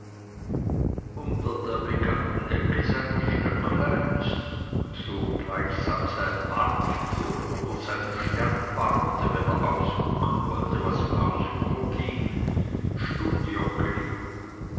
unter der bekannten ecke seines stöckleins so gleichsam sein wartturm oder seine sternwarte wenn er ausgucken wollte was im hause vorging